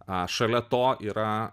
a šalia to yra